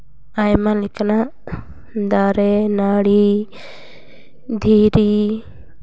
ᱟᱭᱢᱟ ᱞᱮᱠᱟᱱᱟᱜ ᱫᱟᱨᱮᱼᱱᱟᱹᱲᱤ ᱫᱷᱤᱨᱤ